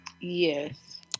Yes